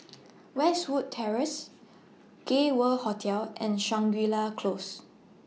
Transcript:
Westwood Terrace Gay World Hotel and Shangri La Close